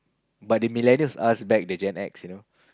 but the millennials ask back the Gen-X you know